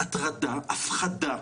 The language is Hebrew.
הטרדה, הפחדה.